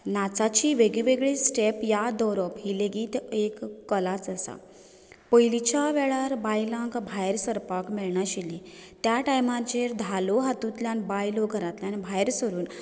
नाचाची वेगवेगळीं स्टेप याद दवरप ही लेगीत एक कलाच आसा पयलींच्या वेळार बायलांक भायर सरपाक मेळनाशिल्लें त्या टायमाचेर धालो हातुंतल्यान बायलो घरांतल्यान भायर सरून